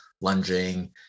lunging